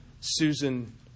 Susan